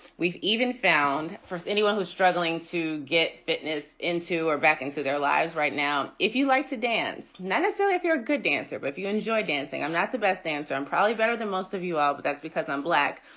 we've even found for anyone who struggling to get fitness into or back into their lives right now, if you like to dance necessarily if you're a good dancer. but if you enjoy dancing, i'm not the best dancer. i'm probably better than most of you. ah but that's because i'm black.